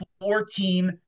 four-team